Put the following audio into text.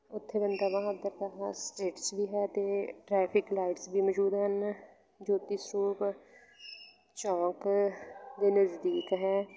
ਉੱਥੇ ਬੰਦਾ ਬਹਾਦਰ ਦਾ ਸਟੇਟਸ ਵੀ ਹੈ ਅਤੇ ਟਰੈਫਿਕ ਲਾਈਟਸ ਵੀ ਮੌਜੂਦ ਹਨ ਜੋਤੀ ਸਰੂਪ ਚੌਂਕ ਦੇ ਨਜ਼ਦੀਕ ਹੈ